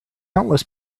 countless